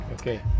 Okay